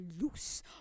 loose